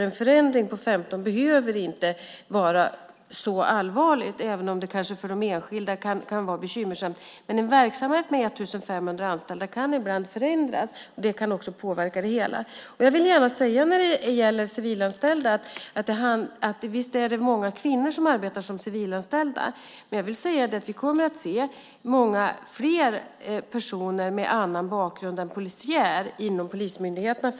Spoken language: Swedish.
En förändring med 15 behöver då inte vara så allvarligt, även om det för den enskilde kanske kan vara bekymmersamt. En verksamhet med 1 500 anställda kan ibland förändras. Det kan påverka det hela. Visst är det många kvinnor som arbetar som civilanställda. Framöver kommer vi att se många fler personer med annan bakgrund än den polisiära inom polismyndigheterna.